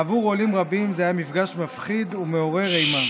עבור עולים רבים זה היה מפגש מפחיד ומעורר אימה.